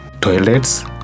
toilets